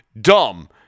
dumb